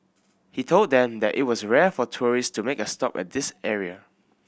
he told them that it was rare for tourist to make a stop at this area